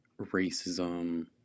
racism